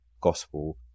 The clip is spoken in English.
gospel